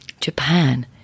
japan